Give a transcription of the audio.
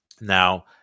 Now